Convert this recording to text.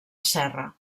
serra